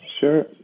Sure